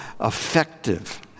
effective